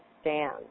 stand